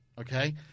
okay